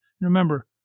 Remember